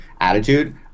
attitude